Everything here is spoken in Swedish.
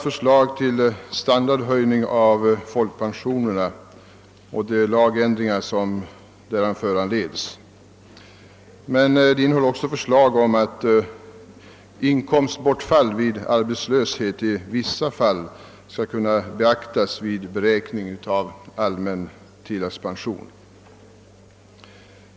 förslag till standardhöjning av folkpensionerna och de lagändringar som därav föranleds samt dessutom förslag om att inkomstbortfall vid arbetslöshet i vissa fall skall kunna beaktas vid beräkning av allmän tilläggspension.